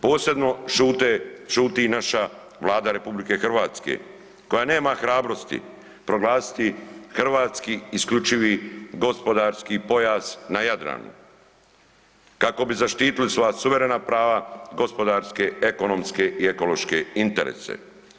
Posebno šuti naša Vlada RH koja nema hrabrosti proglasiti hrvatski isključivi gospodarski pojas na Jadranu kako bi zaštitili svoja suverena prava gospodarske, ekonomske i ekološke interese.